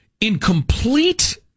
incomplete